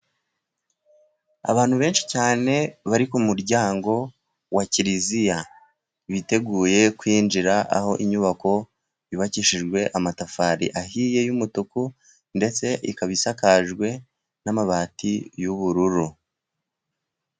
Abantu benshi cyane bari ku muryango wa kiliziya, biteguye kwinjira aho. Inyubako yubakishijwe amatafari ahiye, y'umutuku, ndetse ikaba isakajwe n'amabati y'ubururu.